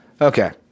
okay